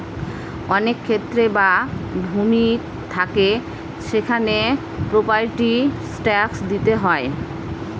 অনেক ক্ষেত বা ভূমি থাকে সেখানে প্রপার্টি ট্যাক্স দিতে হয়